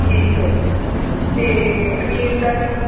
ਠੀਕ ਹੈ ਜੀ ਅਤੇ ਪਨੀਰ ਦਾ ਜੀ